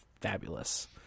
fabulous